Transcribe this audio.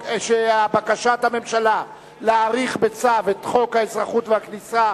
שבקשת הממשלה להאריך בצו את תוקפו של חוק האזרחות והכניסה